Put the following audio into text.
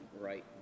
right